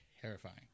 terrifying